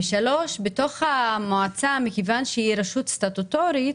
שלוש, בתוך המועצה, מכיוון שהיא רשות סטטוטורית,